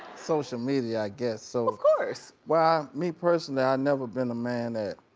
social media, i guess, so. of course. well, me personally, i never been a man that